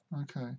Okay